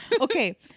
okay